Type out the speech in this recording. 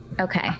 Okay